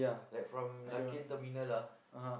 like from Larkin-Terminal ah